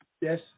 yes